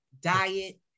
diet